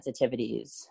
sensitivities